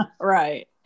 Right